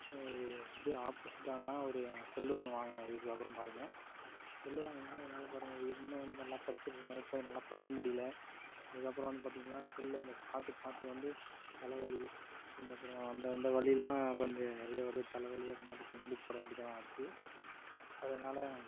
இது ஆப்போசிட்டான ஒரு செல் ஒன்று வாங்கினே இதுக்கு அப்புறம் பாருங்கள் செல் வாங்கினதுனால இதனால பாருங்கள் முன்னே வந்து நல்லா படித்துட்டு இருந்தேன் இப்போ வந்து நல்லா படிக்க முடியல அதுக்கப்புறம் வந்து பார்த்திங்கனா செல் அதை பார்த்து பார்த்து வந்து தலைவலி இந்த அப்பறம் அந்தந்த வலிலாம் கொஞ்சம் நிறைய வருது தலைவலி அந்த மாதிரி கண்ணாடி போட வேண்டியதாக ஆச்சு அதனால்